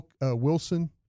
Wilson